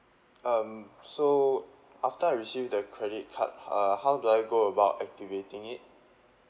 um so after I receive the credit card uh how do I go about activating it